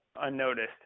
unnoticed